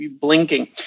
blinking